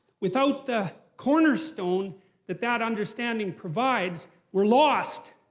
without the cornerstone that that understanding provides, we're lost!